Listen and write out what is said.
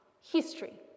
history